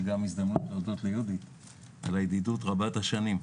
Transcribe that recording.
גם הזדמנות להודות ליהודית על הידידות רבת השנים.